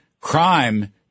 crime